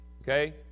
okay